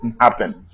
happen